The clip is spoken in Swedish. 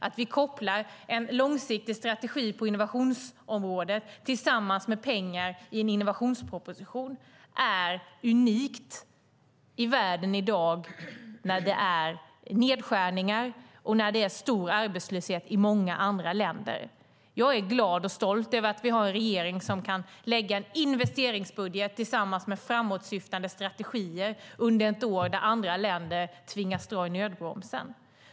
Att vi kopplar en långsiktig strategi på innovationsområdet tillsammans med pengar i en innovationsproposition är unikt i världen i dag, när det är nedskärningar och stor arbetslöshet i många andra länder. Jag är glad och stolt över att vi har en regering som kan lägga fram en investeringsbudget tillsammans med framåtsyftande strategier under ett år då andra länder tvingas dra i nödbromsen.